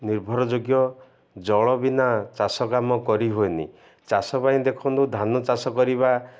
ନିର୍ଭର ଯୋଗ୍ୟ ଜଳ ବିନା ଚାଷ କାମ କରିହୁୁଏନି ଚାଷ ପାଇଁ ଦେଖନ୍ତୁ ଧାନ ଚାଷ କରିବା